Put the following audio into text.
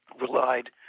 relied